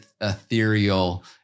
ethereal